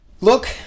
Look